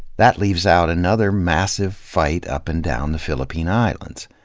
that leaves out another massive fight up and down the philippine islands,